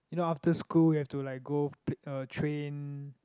you know after school we have to like go uh train